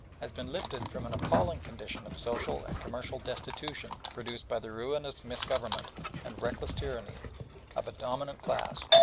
has been lifted from an appalling condition of social and commercial destitution produced by the ruinous misgovernment and reckless tyranny of a dominant class,